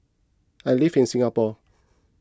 I live in Singapore